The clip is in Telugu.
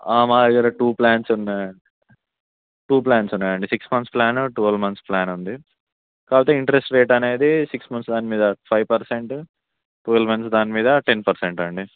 మా దగ్గర టూ ప్లాన్స్ ఉన్నాయి టూ ప్లాన్స్ ఉన్నాయండి six months plan twelve months plan ఉంది కాకపోతే ఇంట్రెస్ట్ రేట్ అనేది సిక్స్ మంత్స్ దాని మీద ఫైవ్ పర్సెంట్ టువల్ మంత్స్ దాని మీద టెన్ పర్సెంట్ అండి